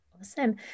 Awesome